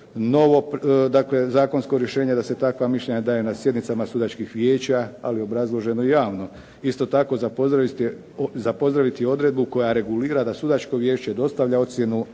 dakle zakonsko rješenje da se takva mišljenja daju na sjednicama sudačkih vijeća, ali obrazloženo javno. Isto tako za pozdraviti je odredbu koja regulira da sudačko vijeće dostavlja ocjenu